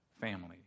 family